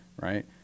right